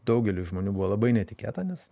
daugeliui žmonių buvo labai netikėta nes